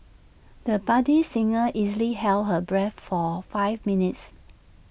the budding singer easily held her breath for five minutes